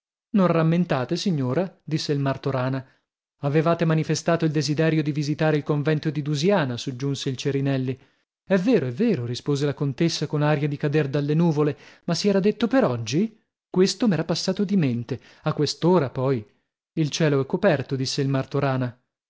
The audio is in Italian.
non rammentate signora disse il martorana avevate manifestato il desiderio di visitare il convento di dusiana soggiunse il cerinelli è vero è vero rispose la contessa con aria di cader dalle nuvole ma si era detto per oggi questo m'era passato di mente a quest'ora poi il cielo è coperto disse il martorana